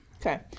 Okay